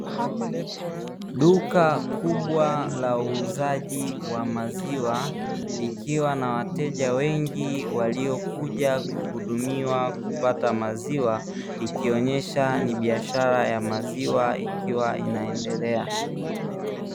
Duka kubwa la uuzaji wa maziwa likiwa na wateja wengi, waliyokuja kuhudumiwa kupata maziwa ikionyesha ni biashara ya maziwa ikiwa inaendelea.